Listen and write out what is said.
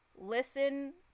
listen